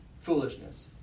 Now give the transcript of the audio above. Foolishness